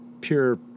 pure